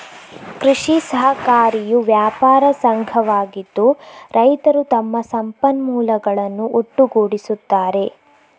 ಕೃಷಿ ಸಹಕಾರಿಯು ವ್ಯಾಪಾರ ಸಂಘವಾಗಿದ್ದು, ರೈತರು ತಮ್ಮ ಸಂಪನ್ಮೂಲಗಳನ್ನು ಒಟ್ಟುಗೂಡಿಸುತ್ತಾರೆ